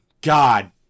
God